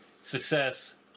success